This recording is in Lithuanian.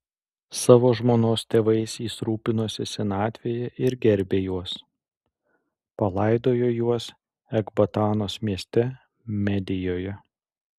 savo žmonos tėvais jis rūpinosi senatvėje ir gerbė juos palaidojo juos ekbatanos mieste medijoje